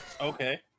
Okay